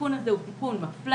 התיקון הזה הוא תיקון מפלה,